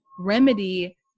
remedy